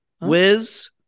Wiz